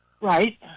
Right